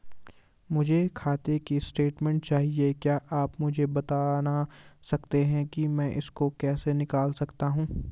मुझे खाते की स्टेटमेंट चाहिए क्या आप मुझे बताना सकते हैं कि मैं इसको कैसे निकाल सकता हूँ?